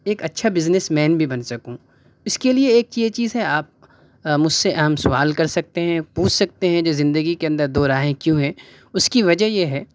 ایک اچھا businessman بھی بن سکوں اس کے لیے ایک یہ چیز ہے آپ مجھ سے اہم سوال کر سکتے ہیں پوچھ سکتے ہیں جو زندگی کے اندر دو راہیں کیوں ہیں اس کی وجہ یہ ہے